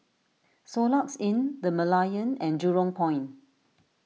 Soluxe Inn the Merlion and Jurong Point